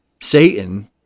satan